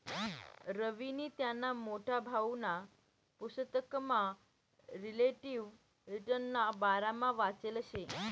रवीनी त्याना मोठा भाऊना पुसतकमा रिलेटिव्ह रिटर्नना बारामा वाचेल शे